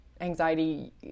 anxiety